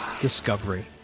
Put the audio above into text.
discovery